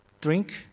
drink